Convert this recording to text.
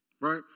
Right